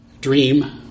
dream